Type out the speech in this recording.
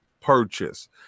purchase